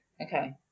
Okay